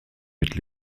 mit